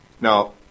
Now